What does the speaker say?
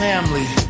family